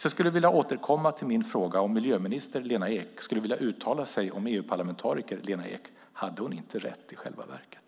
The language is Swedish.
Jag skulle därför vilja återkomma till min fråga om miljöminister Lena Ek skulle vilja uttala sig om EU-parlamentariker Lena Ek. Hade hon inte rätt i själva verket?